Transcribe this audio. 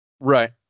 Right